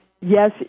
yes